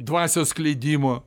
dvasios skleidimo